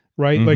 right? like